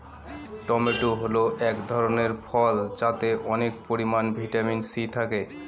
tomato হল এক ধরনের ফল যাতে অনেক পরিমান ভিটামিন সি থাকে